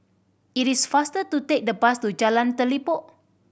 it is faster to take the bus to Jalan Telipok